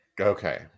okay